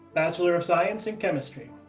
bachelor of science in chemistry.